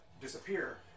disappear